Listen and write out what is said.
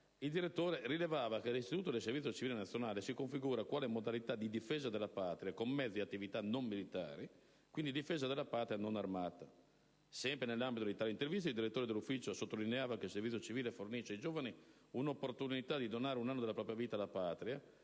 il direttore rilevava che l'istituto del servizio civile nazionale si configura quale modalità di difesa della Patria con mezzi ed attività non militari: quindi, difesa della Patria non armata. Sempre nell'ambito di tali interviste, il direttore dell'Ufficio sottolineava che il servizio civile fornisce ai giovani «un'opportunità di donare un anno della propria vita alla Patria,